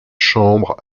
chambre